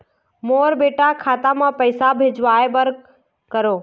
मोर बेटा खाता मा पैसा भेजवाए बर कर करों?